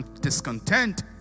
discontent